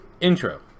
Intro